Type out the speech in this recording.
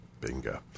Bingo